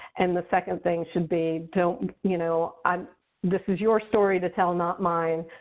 and the second thing should be don't you know um this is your story to tell, not mine.